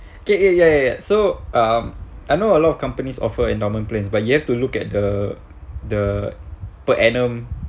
okey it it ya ya so um I know a lot of companies offer endowment plans but you have to look at the the per annum